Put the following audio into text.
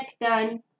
Done